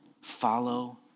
Follow